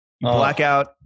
Blackout